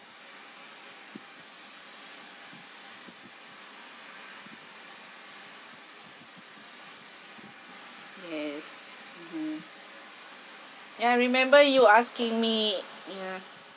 yes ya I remember you asking me ya